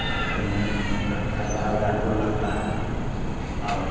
देखते हैं रखता है बड़ा बड़ा ढोल रहता है और